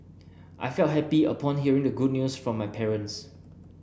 I felt happy upon hearing the good news from my parents